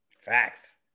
Facts